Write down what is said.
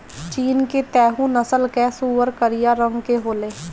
चीन के तैहु नस्ल कअ सूअर करिया रंग के होले